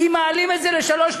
אם מעלים את זה ל-3.25%,